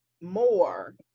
more